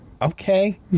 Okay